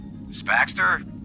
Spaxter